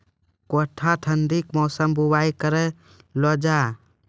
गोटा ठंडी मौसम बुवाई करऽ लो जा?